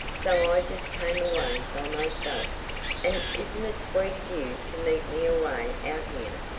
so i just came away by myself and isn't it sweet of you to meet me away out here?